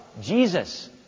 Jesus